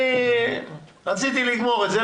אני רציתי לגמור את זה,